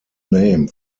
name